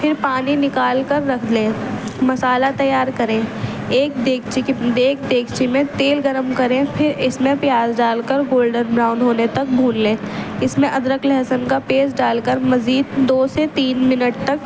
پھر پانی نکال کر رکھ لیں مسالہ تیار کریں ایک ایک دیگچی میں تیل گرم کریں پھر اس میں پیاز ڈال کر گولڈن براؤن ہونے تک بھون لیں اس میں ادرک لہسن کا پیسٹ ڈال کر مزید دو سے تین منٹ تک